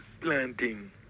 planting